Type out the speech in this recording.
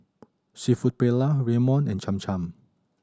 Seafood Paella Ramyeon and Cham Cham